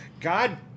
God